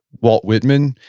walt whitman,